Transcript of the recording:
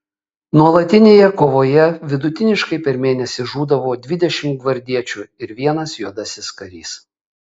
nuolatinėje kovoje vidutiniškai per mėnesį žūdavo dvidešimt gvardiečių ir vienas juodasis karys